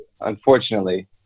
unfortunately